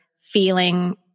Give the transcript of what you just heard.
feeling